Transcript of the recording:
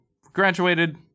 graduated